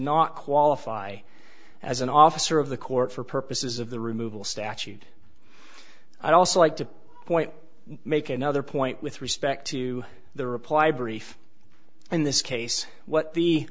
not qualify as an officer of the court for purposes of the removal statute i also like to point make another point with respect to the reply brief in this case what the